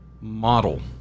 model